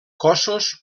cossos